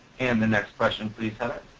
and the next question please heather,